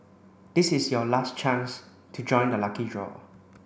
this is your last chance to join the lucky draw